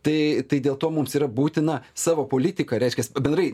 tai tai dėl to mums yra būtina savo politiką reiškias bendrai